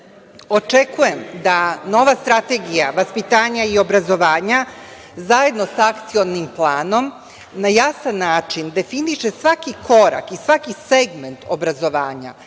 sprovodi. Očekujem da nova strategija vaspitanja i obrazovanja zajedno sa akcionim planom na jasan način definiše svaki korak i svaki segment obrazovanja,